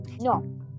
No